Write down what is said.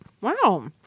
Wow